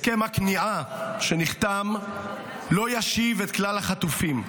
הסכם הכניעה שנחתם לא ישיב את כלל החטופים.